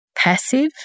passive